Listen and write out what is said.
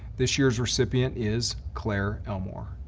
this year's recipient is claire elmore.